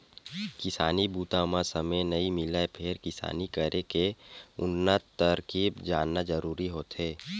किसानी बूता म समे नइ मिलय फेर किसानी करे के उन्नत तरकीब जानना जरूरी होथे